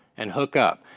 and hook up.